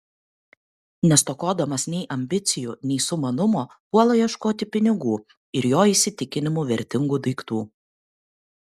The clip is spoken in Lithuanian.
nestokodamas nei ambicijų nei sumanumo puola ieškoti pinigų ir jo įsitikinimu vertingų daiktų